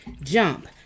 jump